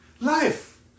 Life